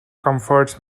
comforts